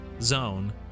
zone